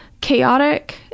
chaotic